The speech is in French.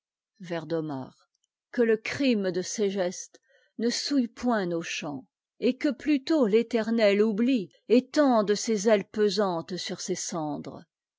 sceau w que le crime de segeste ne souille point nos chants et que plutôt t'éternet oubti étende ses ailes pesantes sur ses cendres